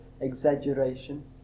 exaggeration